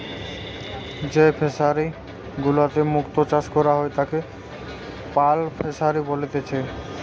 যেই ফিশারি গুলাতে মুক্ত চাষ করা হয় তাকে পার্ল ফিসারী বলেতিচ্ছে